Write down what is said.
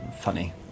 funny